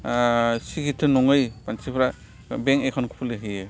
सिखिथ' नङै मानसिफ्रा bank account खुलिहैयो